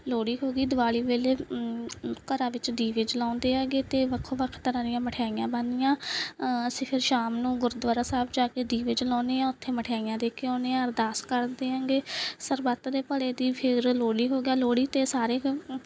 ਲੋਹੜੀ ਹੋ ਗਈ ਦਿਵਾਲੀ ਵੇਲੇ ਘਰਾਂ ਵਿੱਚ ਦੀਵੇ ਜਲਾਉਂਦੇ ਹੈਗੇ ਅਤੇ ਵੱਖੋ ਵੱਖ ਤਰ੍ਹਾਂ ਦੀਆਂ ਮਠਿਆਈਆਂ ਬਣਦੀਆਂ ਅਸੀਂ ਫਿਰ ਸ਼ਾਮ ਨੂੰ ਗੁਰਦੁਆਰਾ ਸਾਹਿਬ ਜਾ ਕੇ ਦੀਵੇ ਜਲਾਉਂਦੇ ਹਾਂ ਉੱਥੇ ਮਠਿਆਈਆਂ ਦੇ ਕੇ ਆਉਂਦੇ ਹਾਂ ਅਰਦਾਸ ਕਰਦੇ ਹਾਂ ਗੇ ਸਰਬੱਤ ਦੇ ਭਲੇ ਦੀ ਫਿਰ ਲੋਹੜੀ ਹੋ ਗਿਆ ਲੋਹੜੀ 'ਤੇ ਸਾਰੇ